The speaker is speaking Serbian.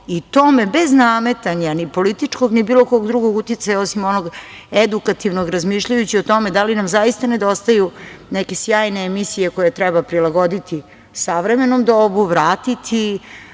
i tome, bez nametanja ni političkom, ni bilo kog uticaja, osim onog edukativnog, razmišljajući o tome da li nam zaista nedostaju neke sjajne emisije koje treba prilagoditi savremenom dobu, vratiti